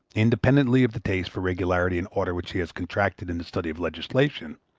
independently of the taste for regularity and order which he has contracted in the study of legislation,